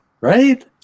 right